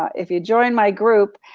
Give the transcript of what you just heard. if you join my group,